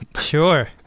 Sure